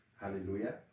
Hallelujah